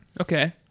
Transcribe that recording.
okay